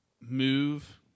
move